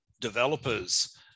developers